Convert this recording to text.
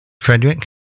Frederick